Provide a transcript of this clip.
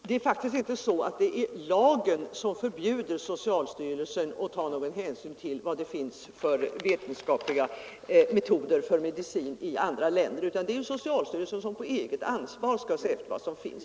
Herr talman! Det är faktiskt inte lagen som förbjuder socialstyrelsen att ta någon hänsyn till vad det finns för vetenskapliga metoder eller för medicin i andra länder, utan det är socialstyrelsen som på eget ansvar skall se efter vad som finns.